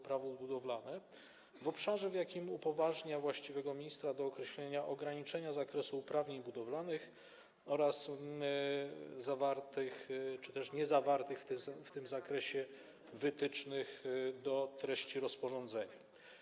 Prawo budowlane w obszarze, w jakim upoważnia on właściwego ministra do określenia ograniczenia zakresu uprawnień budowlanych oraz zawartych czy też niezawartych w tym zakresie wytycznych dotyczących treści rozporządzenia.